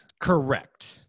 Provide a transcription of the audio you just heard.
Correct